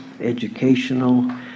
educational